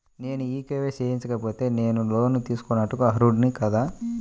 నేను కే.వై.సి చేయించుకోకపోతే నేను లోన్ తీసుకొనుటకు అర్హుడని కాదా?